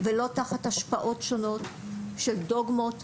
ולא תחת השפעות שונות של דוגמות,